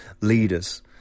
leaders